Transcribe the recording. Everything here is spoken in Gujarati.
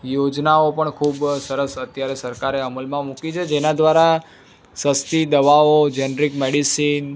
યોજનાઓ પણ ખૂબ સરસ અત્યારે સરકારે અમલમાં મૂકી છે જેનાં દ્વારા સસ્તી દવાઓ જેનરિક મેડિસિન